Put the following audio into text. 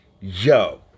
Yo